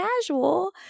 casual